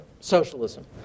Socialism